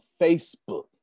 Facebook